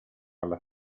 alla